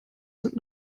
sind